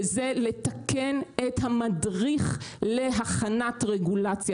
וזה לתקן את המדריך להכנת רגולציה,